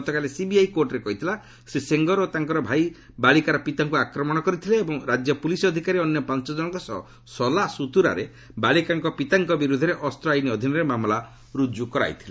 ଗତକାଲି ସିବିଆଇ କୋର୍ଟ୍ରେ କହିଥିଲା ଶ୍ରୀ ସେଙ୍ଗର ଓ ତାଙ୍କର ଭାଇ ବାଳିକାର ପିତାଙ୍କୁ ଆକ୍ରମଣ କରିଥିଲେ ଏବଂ ରାଜ୍ୟ ପୁଲିସ୍ ଅଧିକାରୀ ଓ ଅନ୍ୟ ପାଞ୍ଚ ଜଣଙ୍କ ସହ ସଲାସୁତୁରାରେ ବାଳିକାଙ୍କ ପିତାଙ୍କ ବିରୁଦ୍ଧରେ ଅସ୍ତ ଆଇନ୍ ଅଧୀନରେ ମାମଲା ରୁଜୁ କରାଇଥିଲେ